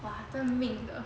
!wah! 认命的